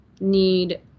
need